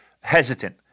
hesitant